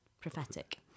prophetic